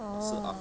orh